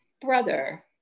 brother